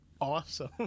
awesome